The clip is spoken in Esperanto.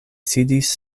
sidis